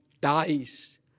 dies